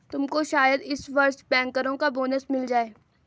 तुमको शायद इस वर्ष बैंकरों का बोनस मिल जाए